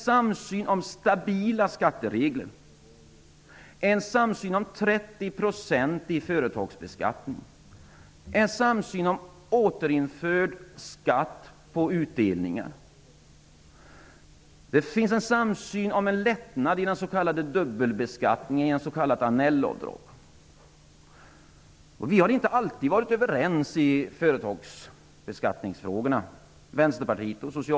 Samsynen gäller stabila skatteregler, 30 % företagsbeskattning, återinförd skatt på utdelningar och en lättnad inom den s.k. dubbelbeskattningen, ett Annell-avdrag. Vänsterpartiet och Socialdemokraterna har inte alltid varit överens i företagsbeskattningsfrågorna.